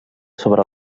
sobre